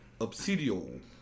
Obsidio